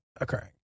occurring